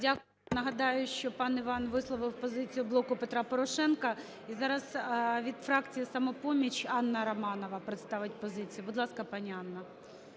Дякую. Нагадаю, що пан Іван висловив позицію "Блоку Петра Порошенка". І зараз від фракції "Самопоміч" Анна Романова представить позицію. Будь ласка, пані Анна.